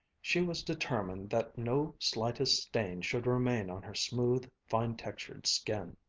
she was determined that no slightest stain should remain on her smooth, fine-textured skin.